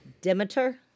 Demeter